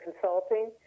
consulting